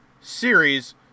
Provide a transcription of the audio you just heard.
series